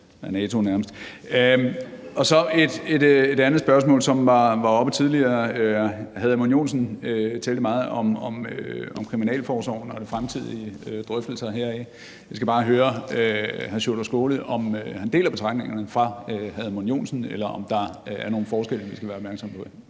jeg et andet spørgsmål om noget, som var oppe tidligere. Hr. Edmund Joensen talte meget om kriminalforsorgen og de fremtidige drøftelser heraf. Jeg skal bare høre hr. Sjúrður Skaale, om han deler betragtningerne fra hr. Edmund Joensen, eller om der er nogle forskelle, vi skal være opmærksom på